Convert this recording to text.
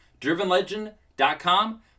drivenlegend.com